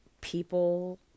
People